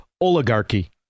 oligarchy